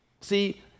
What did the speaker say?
See